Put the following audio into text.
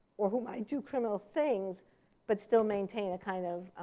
or who might do criminal things but still maintain a kind of